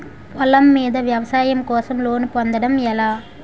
పొలం మీద వ్యవసాయం కోసం లోన్ పొందటం ఎలా?